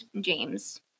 James